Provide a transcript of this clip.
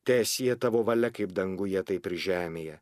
teesie tavo valia kaip danguje taip ir žemėje